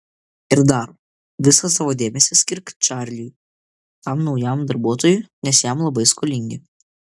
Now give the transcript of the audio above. ir dar visą savo dėmesį skirk čarliui tam naujam darbuotojui mes jam labai skolingi